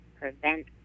prevent